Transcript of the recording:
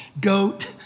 goat